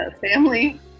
family